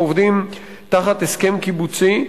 העובדים תחת הסכם קיבוצי,